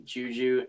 Juju